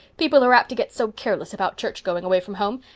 people are apt to get so careless about church-going away from home,